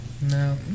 No